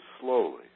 slowly